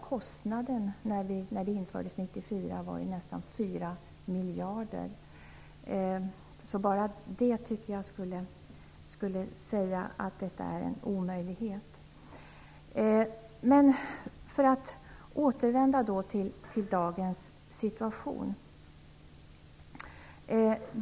Kostnaden för vårdnadsbidraget var ju nästan 4 miljarder när det infördes 1994, så bara det borde säga att det är en omöjlighet. Men jag skall återgå till dagens situation.